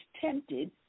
tempted